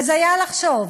הזיה לחשוב,